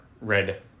red